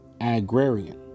agrarian